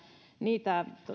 niitä